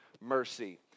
mercy